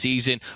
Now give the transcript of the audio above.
Season